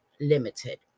limited